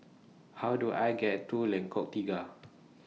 How Do I get to Lengkok Tiga